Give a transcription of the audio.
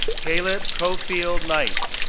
caleb coffield knight,